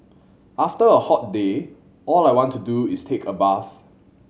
after a hot day all I want to do is take a bath